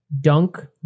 dunk